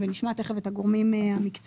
ונשמע תיכף את הגורמים המקצועיים,